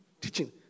teaching